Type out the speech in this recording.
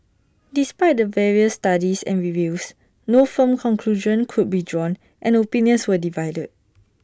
despite the various studies and reviews no firm conclusion could be drawn and opinions were divided